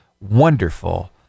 wonderful